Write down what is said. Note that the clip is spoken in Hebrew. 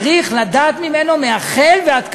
צריך לדעת ממנו מהחל ועד כלה.